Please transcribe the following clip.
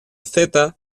zeta